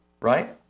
right